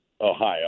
Ohio